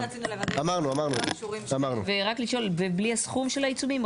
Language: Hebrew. רק רצינו לוודא שכל האישורים --- בלי הסכום של העיצומים?